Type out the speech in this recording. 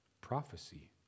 prophecy